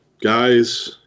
guys